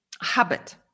habit